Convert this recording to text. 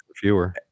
fewer